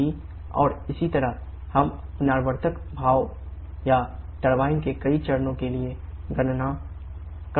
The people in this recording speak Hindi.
और इसी तरह हम पुनरावर्तक भाग या टरबाइन के कई चरणों के लिए गणना कर सकते हैं